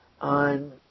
on